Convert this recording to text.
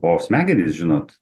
o smegenys žinot